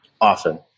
often